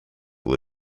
will